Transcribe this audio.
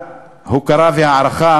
הוקרה והערכה,